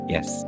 Yes